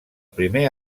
primer